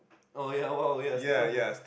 oh ya !wow! ya sticker book